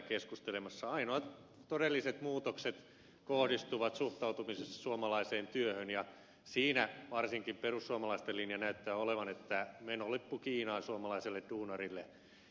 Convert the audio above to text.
ainoat todelliset muutokset kohdistuvat suhtautumisessa suomalaiseen työhön ja siinä varsinkin perussuomalaisten linja näyttää olevan että menolippu kiinaan suomalaiselle duunarille